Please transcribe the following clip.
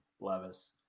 Levis